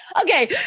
Okay